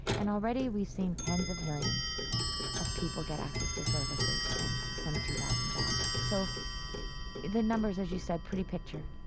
and already, we've seen tens of millions of people get access to services and twenty two thousand thousand jobs. so the numbers, as you said, pretty picture,